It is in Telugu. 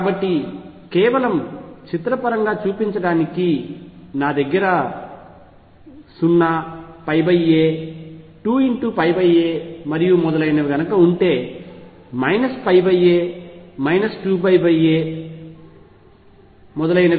కాబట్టి కేవలం చిత్ర పరంగా చూపించడానికి నా దగ్గర 0 a 2a మరియు మొదలైనవి ఉంటే a 2a